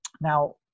now